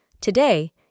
Today